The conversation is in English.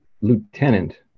lieutenant